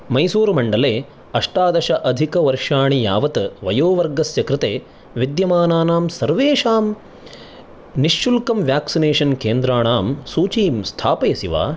मैसूरुमण्डले अष्टादश अधिकवर्षाणि यावत् वयोवर्गस्य कृते विद्यमानानां सर्वेषां निःशुल्कं व्याक्सिनेषन् केन्द्राणां सूचीं स्थापयसि वा